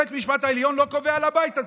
בית המשפט העליון לא קובע לבית הזה,